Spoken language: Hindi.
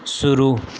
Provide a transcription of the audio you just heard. शुरू